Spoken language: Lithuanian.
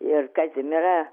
ir kazimierą